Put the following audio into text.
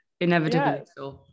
inevitably